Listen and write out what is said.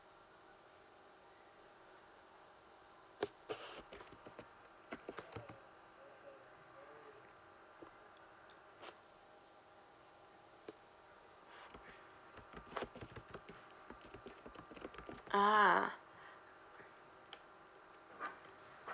ah